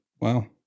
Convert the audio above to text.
Wow